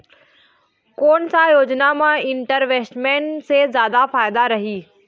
कोन सा योजना मे इन्वेस्टमेंट से जादा फायदा रही?